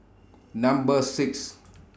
Number six